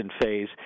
phase